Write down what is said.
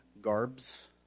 garbs